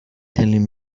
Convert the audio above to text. telling